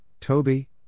Toby